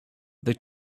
they